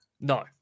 no